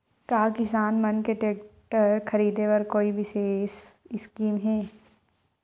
का किसान मन के टेक्टर ख़रीदे बर कोई विशेष स्कीम हे?